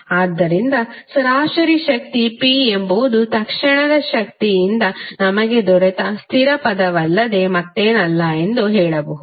ಆದ್ದರಿಂದ ಸರಾಸರಿ ಶಕ್ತಿ P ಎಂಬುದು ತಕ್ಷಣದ ಶಕ್ತಿಯಿಂದ ನಮಗೆ ದೊರೆತ ಸ್ಥಿರ ಪದವಲ್ಲದೆ ಮತ್ತೇನಲ್ಲ ಎಂದು ಹೇಳಬಹುದು